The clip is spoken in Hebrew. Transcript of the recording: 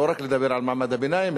לא רק לדבר על מעמד הביניים,